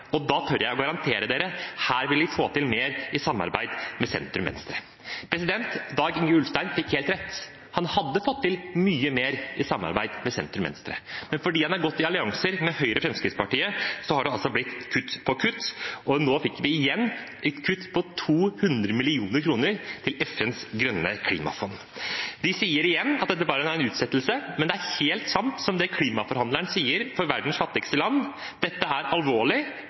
og da tør jeg å garantere dere: Her vil vi få til mer i samarbeid med sentrum–venstre. Dag-Inge Ulstein fikk helt rett. Han hadde fått til mye mer i samarbeid med sentrum–venstre. Men fordi han har gått i allianser med Høyre og Fremskrittspartiet, har det altså blitt kutt på kutt. Nå fikk vi igjen et kutt på 200 mill. kr til FNs grønne klimafond. De sier igjen at dette bare er en utsettelse, men det er helt sant som klimaforhandleren for verdens fattigste land sier: Dette er alvorlig